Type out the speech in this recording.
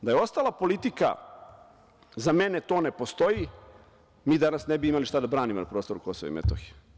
Da je ostala politika – za mene to ne postoji, mi danas ne bi imali šta da branima na prostoru KiM.